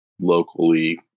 locally